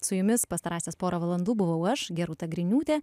su jumis pastarąsias porą valandų buvau aš gerūta griniūtė